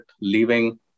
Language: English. leaving